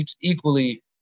equally